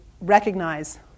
recognize